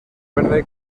verde